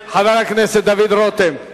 לא, לא, זה לא.